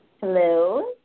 Hello